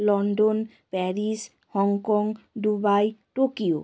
London Paris Hong Kong Dubai Tokyo